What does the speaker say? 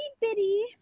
bitty